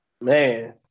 Man